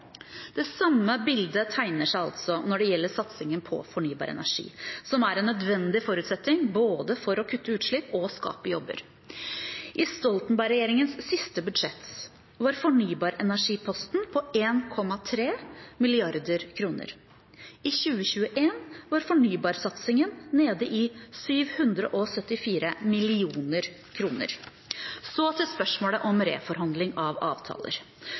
Det samme bildet tegner seg altså når det gjelder satsingen på fornybar energi, som er en nødvendig forutsetning for både å kutte utslipp og skape jobber. I Stoltenberg-regjeringens siste budsjett var fornybar energi-posten på 1,3 mrd. kr. I 2021 var fornybarsatsingen nede i 774 mill. kr. Så til spørsmålet om reforhandling av avtaler: